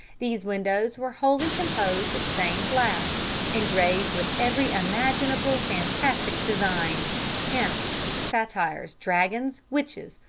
these windows were wholly composed of stained glass, engraved with every imaginable fantastic design imps, satyrs, dragons, witches,